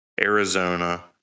Arizona